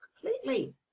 completely